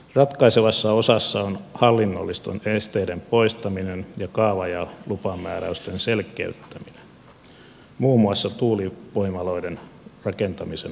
ratkaisevassa osassa on hallinnollisten esteiden poistaminen ja kaava ja lupamääräysten selkeyttäminen muun muassa tuulivoimaloiden rakentamisen mahdollistamiseksi